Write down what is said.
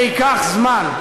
זה ייקח זמן.